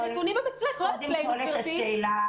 הנתונים הם אצלך, לא אצלנו, גברתי.